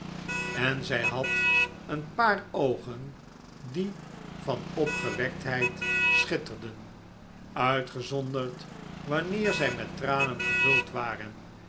en zij had een paar oogen die van opgewektheid schitterden uitgezonderd wanneer zij met tranen gevuld waren